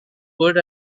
good